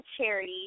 charity